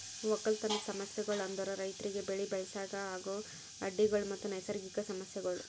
ಒಕ್ಕಲತನದ್ ಸಮಸ್ಯಗೊಳ್ ಅಂದುರ್ ರೈತುರಿಗ್ ಬೆಳಿ ಬೆಳಸಾಗ್ ಆಗೋ ಅಡ್ಡಿ ಗೊಳ್ ಮತ್ತ ನೈಸರ್ಗಿಕ ಸಮಸ್ಯಗೊಳ್